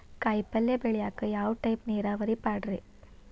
ಕಾಯಿಪಲ್ಯ ಬೆಳಿಯಾಕ ಯಾವ ಟೈಪ್ ನೇರಾವರಿ ಪಾಡ್ರೇ?